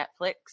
Netflix